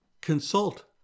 consult